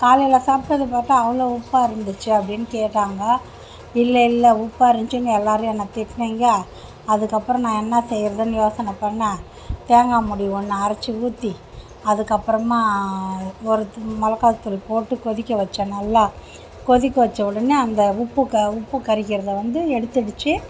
காலையில் சாப்பிட்டது பார்த்தா அவ்வளோ உப்பாக இருந்துச்சு அப்படின்னு கேட்டாங்க இல்லை இல்லை உப்பாக இருந்துச்சுன்னு எல்லாரும் என்னை திட்டினீங்க அதுக்கப்புறம் நான் என்ன செய்கிறதுன்னு யோசனை பண்ணிணேன் தேங்காய் மூடி ஒன்றை அரைச்சு ஊற்றி அதுக்கப்பறமாக ஒரு தூ மிளகாத்தூள் போட்டு கொதிக்க வச்சேன் நல்லா கொதிக்க வச்ச உடனே அந்த உப்பு க அந்த உப்பு கரிக்கறதை வந்து எடுத்துடுச்சு